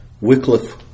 Wycliffe